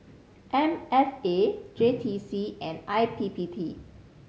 M F A J T C and I P P T